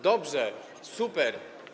Dobrze, super.